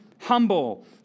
humble